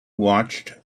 watched